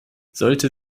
sollte